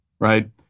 right